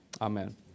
amen